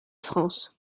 france